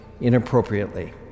inappropriately